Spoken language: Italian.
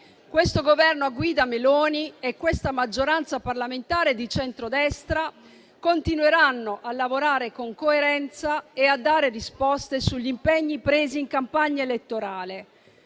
Questo Governo a guida Meloni e questa maggioranza parlamentare di centrodestra continueranno a lavorare con coerenza e a dare risposte sugli impegni presi in campagna elettorale.